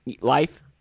life